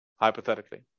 hypothetically